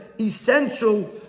essential